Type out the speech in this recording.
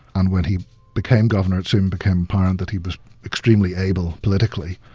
and when he became governor, it soon became apparent that he was extremely able politically.